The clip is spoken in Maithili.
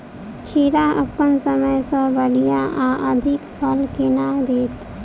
खीरा अप्पन समय सँ बढ़िया आ अधिक फल केना देत?